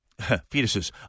fetuses